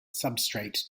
substrate